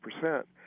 percent